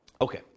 Okay